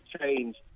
change